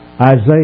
Isaiah